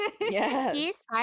yes